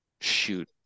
shoot